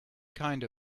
kind